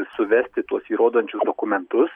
suvesti tuos įrodančius dokumentus